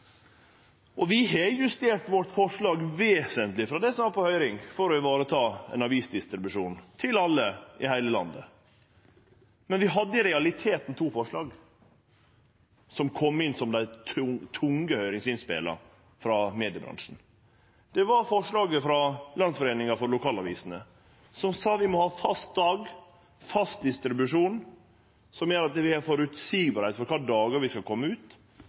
Og vi har vesentleg justert forslaget vårt frå det som var på høyring, for å vareta ein avisdistribusjon til alle i heile landet. Men vi hadde i realiteten to forslag som kom inn som dei tunge høyringsinnspela frå mediebransjen. Det var forslaget frå Landslaget for lokalaviser, som sa at vi må ha fast dag, fast distribusjon, som gjer det føreseieleg for oss kva dagar avisa skal kome ut, fram til vi